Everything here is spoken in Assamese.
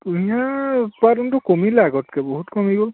কুঁহিয়াৰ উৎপাদনটো কমিলে আগতকৈ বহুত কমি গ'ল